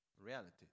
reality